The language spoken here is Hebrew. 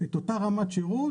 את אותה רמת שירות.